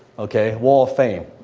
okay? wall of fame.